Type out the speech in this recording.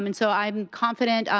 um and so i am confident.